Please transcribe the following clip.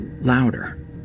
louder